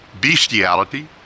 bestiality